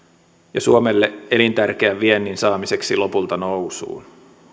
ja suomelle elintärkeän viennin saamiseksi lopulta nousuun